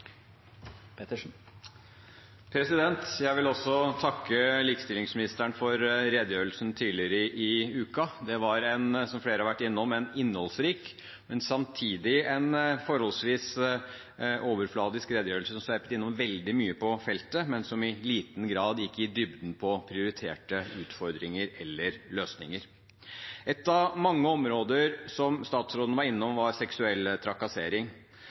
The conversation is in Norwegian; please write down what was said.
3 minutter. Jeg vil også takke likestillingsministeren for redegjørelsen tidligere i uken. Det var – som flere har vært innom – en innholdsrik, men samtidig en forholdsvis overfladisk redegjørelse som sveipet innom veldig mye på feltet, men som i liten grad gikk i dybden på prioriterte utfordringer eller løsninger. Et av mange områder som statsråden var innom, var seksuell trakassering.